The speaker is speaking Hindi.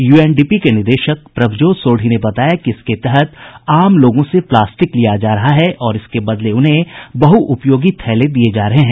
यूएनडीपी के निदेशक प्रभजोत सोढ़ी ने बताया कि इसके तहत आम लोगों से प्लास्टिक लिया जा रहा है और इसके बदले उन्हें बहुउपयोगी थैले दिये जा रहे हैं